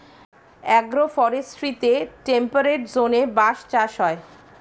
agro ফরেস্ট্রিতে temperate জোনে বাঁশ চাষ হয়